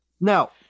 Now